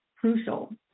crucial